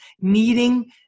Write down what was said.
needing